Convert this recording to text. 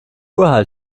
der